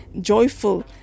joyful